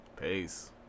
Peace